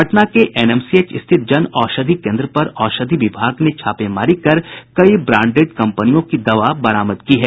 पटना के एनएमसीएच स्थित जन औषधि केन्द्र पर औषधि विभाग ने छापेमारी कर कई ब्रांडेड कंपनियों की दवा बरामद की है